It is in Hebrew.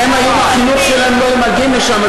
אם הם היו מהחינוך שלנו הם לא היו מגיעים לשם.